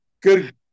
good